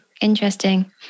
interesting